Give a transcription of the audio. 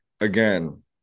again